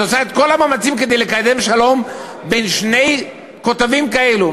את עושה את כל המאמצים כדי לקדם שלום בין שני קטבים כאלה,